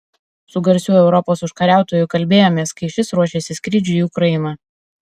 su garsiuoju europos užkariautoju kalbėjomės kai šis ruošėsi skrydžiui į ukrainą